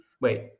wait